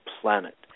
planet